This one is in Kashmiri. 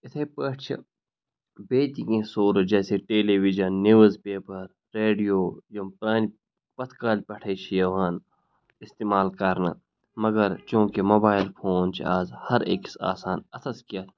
اِتھَے پٲٹھۍ چھِ بیٚیہِ تہِ کینٛہہ سورُس جیسے television newspaper radio یِم پرٛانہِ پَتھ کالہِ پٮ۪ٹھَے چھِ یِوان اِستعمال کَرنہٕ مگر چوٗنٛکہِ موبایِل فون چھِ اَز ہَر أکِس آسان اَتھَس کیتھ